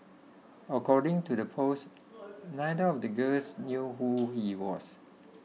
according to the post neither of the girls knew who he was